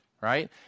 right